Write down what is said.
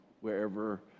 wherever